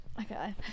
Okay